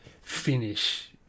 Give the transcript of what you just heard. finish